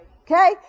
Okay